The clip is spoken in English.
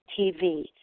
TV